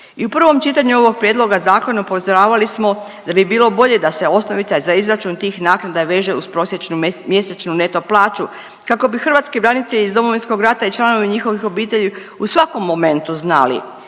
I u prvom čitanju ovog prijedloga zakona upozoravali smo da bi bilo bolje da se osnovica za izračun tih naknada veže uz prosječnu mjesečnu neto plaću, kako bi hrvatski branitelji iz Domovinskog rata i članovi njihovih obitelji u svakom momentu znali